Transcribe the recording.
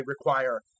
require